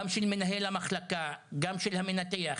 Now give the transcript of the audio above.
גם של מנהל המחלקה, גם של הרופא המנתח.